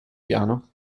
piano